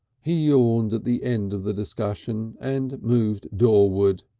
he yawned at the end of the discussion, and moved doorward.